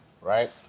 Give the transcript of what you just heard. right